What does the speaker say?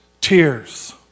tears